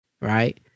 right